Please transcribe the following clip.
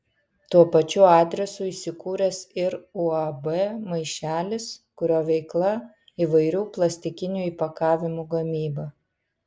tuo pačiu adresu įsikūręs ir uab maišelis kurio veikla įvairių plastikinių įpakavimų gamyba